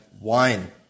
wine